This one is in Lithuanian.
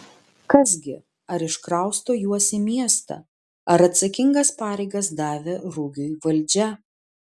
kas gi ar iškrausto juos į miestą ar atsakingas pareigas davė rugiui valdžia